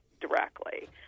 directly